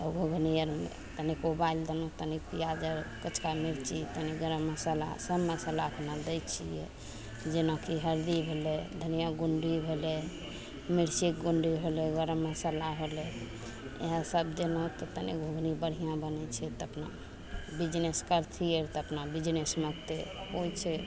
घूघनी अर तनिक उबालि देलहुँ तनिक पियाज आर कचका मिर्ची तनी गरम मसाला सब मसाला अपना दै छियै जेनाकि हरदी होलय धनिआ गुण्डी होलय मिर्चीके गुण्डी होलय गरम मसल्ला होलय इएह सब देलहुँ तऽ तनी घूघनी बढ़िआँ बनय छै तऽ अपना बिजनेस करतियै रऽ तऽ अपना बिजनेसमे ओते होइ छै